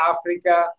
Africa